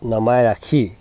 নমাই ৰাখি